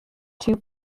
two